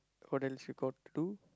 or else you got two